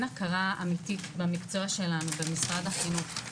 הכרה אמיתית במקצוע שלנו במשרד החינוך.